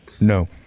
No